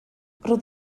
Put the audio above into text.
roedd